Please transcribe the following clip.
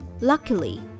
luckily